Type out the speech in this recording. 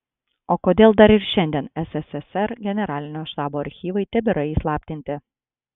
o kodėl dar ir šiandien sssr generalinio štabo archyvai tebėra įslaptinti